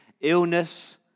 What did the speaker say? illness